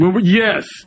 Yes